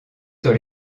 sur